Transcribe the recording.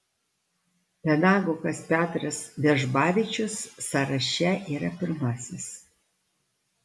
pedagogas petras vežbavičius sąraše yra pirmasis